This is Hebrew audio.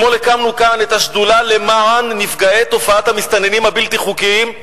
אתמול הקמנו כאן את השדולה למען נפגעי תופעת המסתננים הבלתי-חוקיים.